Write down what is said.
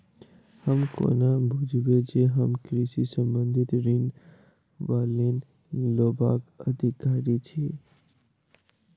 हम कोना बुझबै जे हम कृषि संबंधित ऋण वा लोन लेबाक अधिकारी छी?